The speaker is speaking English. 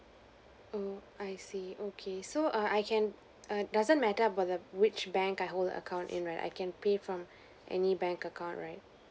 oo I see okay so err I can err doesn't matter about the which bank I hold account in right I can pay from any bank account right